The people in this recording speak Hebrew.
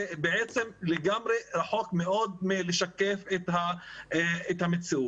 זה בעצם לגמרי רחוק מאוד מלשקף את המציאות.